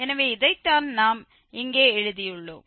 எனவே இதைத்தான் நாம் இங்கே எழுதியுள்ளோம்